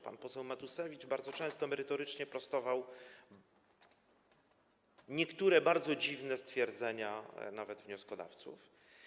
Pan poseł Matusiewicz bardzo często merytorycznie prostował niektóre bardzo dziwne stwierdzenia wnioskodawców.